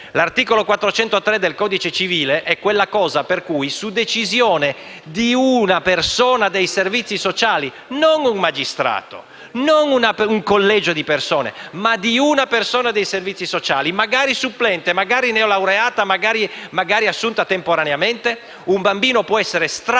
L'articolo 403 del codice civile è una disposizione per cui, su decisione di una persona dei servizi sociali (non di un magistrato o di un collegio di persone, ma di una singola persona dei servizi sociali, magari supplente, magari neolaureata, magari assunta temporaneamente), un bambino può essere strappato